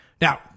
Now